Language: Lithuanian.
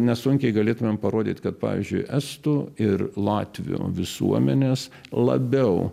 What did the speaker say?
nesunkiai galėtumėm parodyt kad pavyzdžiui estų ir latvių visuomenės labiau